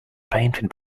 painted